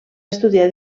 estudiar